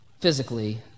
physically